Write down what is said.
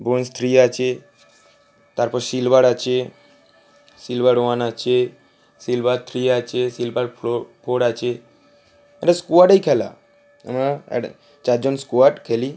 bronze three আছে তারপর silver আছে সিলভার ওয়ান আছে সিলভার থ্রি আছে সিলভার ফ্রো ফোর আছে এটা স্কোয়াডেই খেলা আমরা এটা চারজন স্কোয়াড খেলি